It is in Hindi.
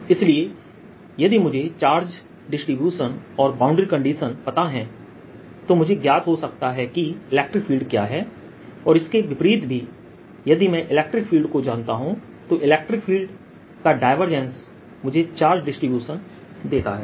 इसलिए यदि मुझे चार्ज डिसटीब्यूशन और बाउंड्री कंडीशन पता है तो मुझे ज्ञात हो सकता है कि इलेक्ट्रिक फील्ड क्या है और इसके विपरीत भी यदि मैं इलेक्ट्रिक फील्ड को जानता हूं तो इलेक्ट्रिक फील्ड का डायवर्जेंस मुझे चार्ज डिसटीब्यूशन देता है